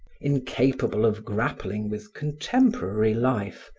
incapable of grappling with contemporary life,